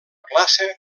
classe